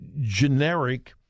generic